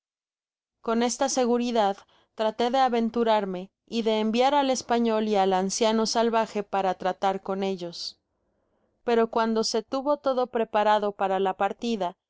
con esta seguridad traté de aventurarme y de enviar al español y al anciano salvaje para tratar con ellos pero cuando se tuvo todo preparado para la partida